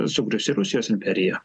sugrįš ir rusijos imperija